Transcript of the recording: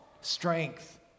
strength